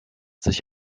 sich